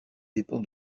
dépend